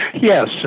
Yes